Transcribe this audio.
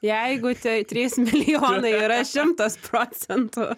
jeigu tie trys milijonai yra šimtas procentų